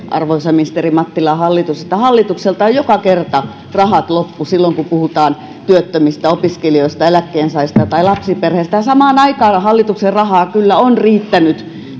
arvoisa ministeri mattila ja hallitus että hallitukselta on joka kerta rahat loppu silloin kun puhutaan työttömistä opiskelijoista eläkkeensaajista tai lapsiperheistä ja samaan aikaan hallituksen rahaa kyllä on riittänyt